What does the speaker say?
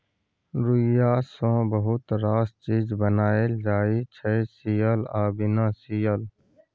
रुइया सँ बहुत रास चीज बनाएल जाइ छै सियल आ बिना सीयल